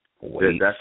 wait